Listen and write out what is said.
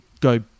go